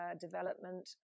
development